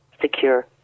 secure